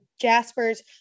Jaspers